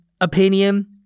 opinion